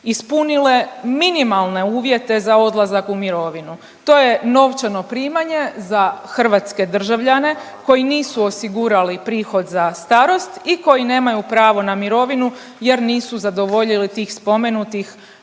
ispunile minimalne uvjete za odlazak u mirovinu. To je novčano primanje za hrvatske državljane koji nisu osigurali prihod za starost i koji nemaju pravo na mirovinu jer nisu zadovoljili tih spomenutih